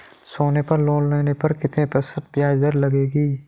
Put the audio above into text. सोनी पर लोन लेने पर कितने प्रतिशत ब्याज दर लगेगी?